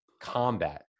combat